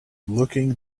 looking